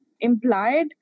implied